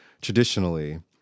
traditionally